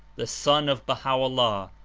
the son of baha' o'llah,